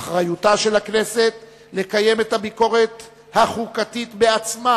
באחריותה של הכנסת לקיים את הביקורת החוקתית בעצמה,